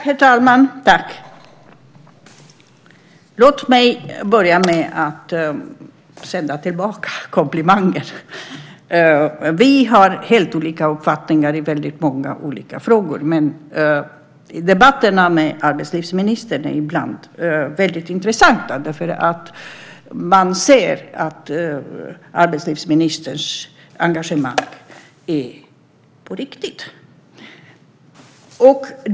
Herr talman! Låt mig börja med att sända komplimanger tillbaka. Vi har helt olika uppfattningar i väldigt många frågor, men debatterna med arbetslivsministern är ibland väldigt intressanta. Man ser att arbetslivsministerns engagemang är på riktigt.